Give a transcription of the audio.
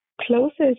closest